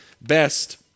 best